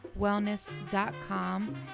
wellness.com